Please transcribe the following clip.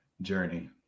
journey